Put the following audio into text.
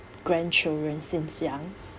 grandchildren since young